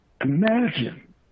imagine